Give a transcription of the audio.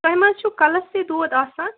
تۄہہِ مَہ حظ چھو کَلس تہِ دود آسان